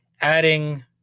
adding